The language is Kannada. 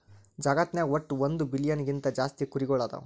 ಜಗತ್ನಾಗ್ ವಟ್ಟ್ ಒಂದ್ ಬಿಲಿಯನ್ ಗಿಂತಾ ಜಾಸ್ತಿ ಕುರಿಗೊಳ್ ಅದಾವ್